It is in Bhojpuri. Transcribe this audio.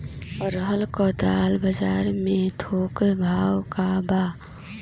अरहर क दाल बजार में थोक भाव का बा?